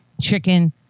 chicken